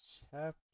chapter